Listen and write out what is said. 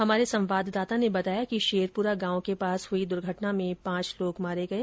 हमारे संवाददाता ने बताया कि शेरपुरा गांव के पास हुई दुर्घटना में पांच लोग मारे गए